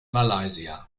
malaysia